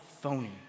phony